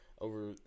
over